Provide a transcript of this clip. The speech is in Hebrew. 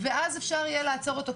ואז אפשר יהיה לעצור אותו,